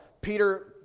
Peter